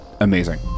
amazing